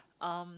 um